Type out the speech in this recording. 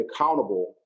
accountable